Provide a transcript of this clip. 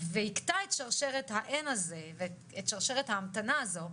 ויקטע את שרשרת האין הזה, ואת שרשרת ההמתנה הזו,